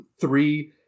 three